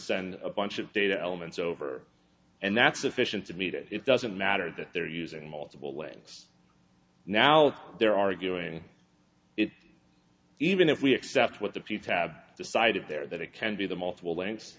send a bunch of data elements over and that's sufficient to me that it doesn't matter that they're using multiple lanes now they're arguing it even if we accept what the few tab decided there that it can be the multiple lengths